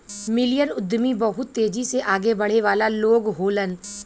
million उद्यमी बहुत तेजी से आगे बढ़े वाला लोग होलन